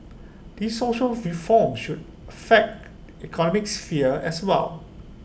these social reforms sure fact economic sphere as well